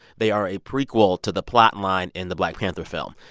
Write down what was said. they are a prequel to the plotline in the black panther film.